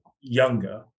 younger